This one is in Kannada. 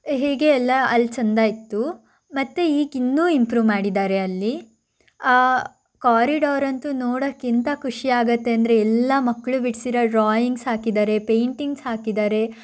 ಹೀಗೆ ಎಲ್ಲ ಅಲ್ಲಿ ಚಂದ ಇತ್ತು ಮತ್ತೆ ಈಗಿನ್ನೂ ಇಂಪ್ರೂವ್ ಮಾಡಿದ್ದಾರೆ ಅಲ್ಲಿ ಆ ಕಾರಿಡಾರ್ ಅಂತೂ ನೋಡಕ್ಕೆ ಎಂಥ ಖುಷಿಯಾಗುತ್ತೆ ಅಂದರೆ ಎಲ್ಲ ಮಕ್ಕಳು ಬಿಡಿಸಿರೋ ಡ್ರಾಯಿಂಗ್ಸ್ ಹಾಕಿದ್ದಾರೆ ಪೈಂಟಿಂಗ್ಸ್ ಹಾಕಿದ್ದಾರೆ